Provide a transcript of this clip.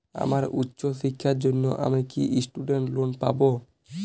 আমার উচ্চ শিক্ষার জন্য আমি কি স্টুডেন্ট লোন পাবো